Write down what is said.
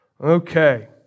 Okay